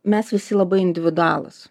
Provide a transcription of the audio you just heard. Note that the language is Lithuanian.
mes visi labai individualūs